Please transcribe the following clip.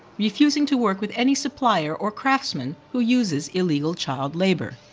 refusing to work with any supplier or craftsman who uses illegal child labour.